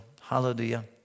Hallelujah